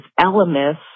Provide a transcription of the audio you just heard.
Elemis